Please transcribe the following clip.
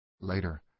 Later